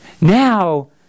Now